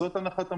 זאת הנחת המוצא.